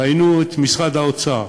ראינו את משרד האוצר,